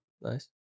nice